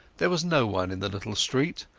there was no one in the little street,